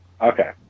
Okay